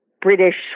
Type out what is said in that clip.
British